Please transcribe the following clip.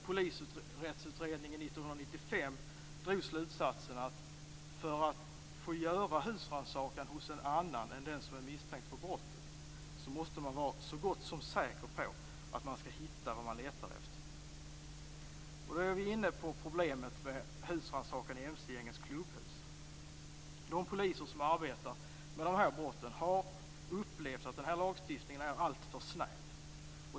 Polisrättsutredningen 1995 drog slutsatsen att man, för att få göra husrannsakan hos någon annan än den som är misstänkt för brottet, måste vara så gott som säker på att man skall hitta vad man letar efter. Nu är vi inne på problemet med husrannsakan i mc-gängens klubbhus. De poliser som arbetar med dessa brott har upplevt att lagstiftningen är alltför snäv.